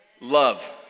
love